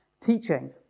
teaching